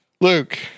Luke